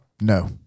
No